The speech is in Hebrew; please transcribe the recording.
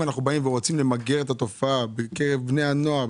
אם אנחנו רוצים למגר את התופעה בקרב בני הנוער,